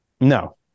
No